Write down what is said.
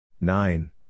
Nine